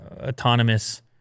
autonomous